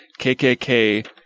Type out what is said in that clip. KKK